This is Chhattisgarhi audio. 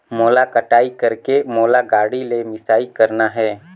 मोला कटाई करेके मोला गाड़ी ले मिसाई करना हे?